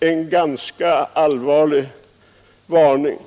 en ganska allvarlig varning.